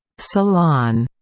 salon,